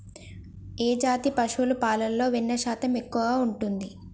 ఏ జాతి పశువుల పాలలో వెన్నె శాతం ఎక్కువ ఉంటది?